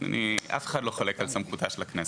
אף אחד לא חולק על סמכותה של הכנסת,